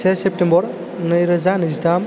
से सेप्तेम्बर नैरोजा नैजिथाम